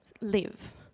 live